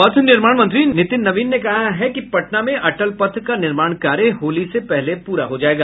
पथ निर्माण मंत्री नितिन नवीन ने कहा है कि पटना में अटल पथ का निर्माण कार्य होली से पहले पूरा हो जायेगा